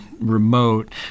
remote